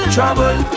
Trouble